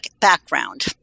background